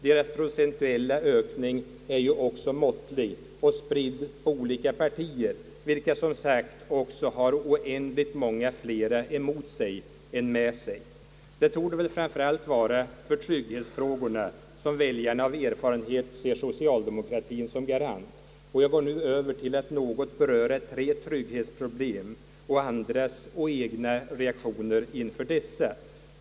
Deras procentuella ökning är ju också måttlig och spridd på olika partier, vilka som sagt också har oändligt många flera emot sig än med sig. Det torde väl framför allt vara för trygghetsfrågorna som väljarna av erfarenhet ser socialdemokratien som garant, och jag går nu över till att något beröra tre trygghetsproblem och andras och egna reaktioner inför dessa.